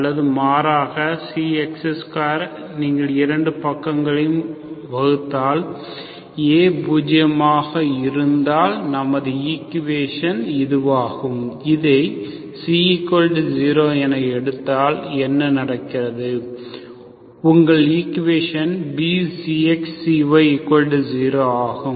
அல்லது மாறாக x2 நீங்கள் இரு பக்கங்களையும் வகுத்தால் A பூஜ்ஜியமாக இருந்தால் நமது ஈக்குவேஷன் இதுவாகிறது இதை C0 என எடுத்தால் என்ன நடக்கிறது உங்கள் ஈக்குவேஷன் Bξx ξy0 ஆகும்